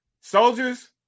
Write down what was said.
soldiers